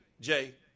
Jay